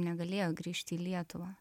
negalėjo grįžti į lietuvą